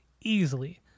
easily